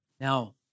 Now